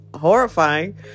horrifying